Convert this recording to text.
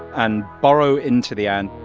and burrow into the ant